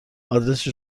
آدرس